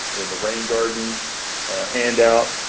the rain garden hand out.